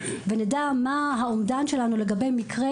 ונדע מה האומדן שלנו לגבי מקרי